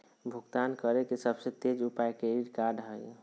भुगतान करे के सबसे तेज उपाय क्रेडिट कार्ड हइ